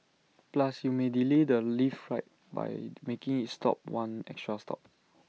plus you may delay the lift ride by making IT stop one extra stop